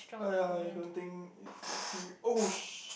uh ya I don't think it's the se~ oh shit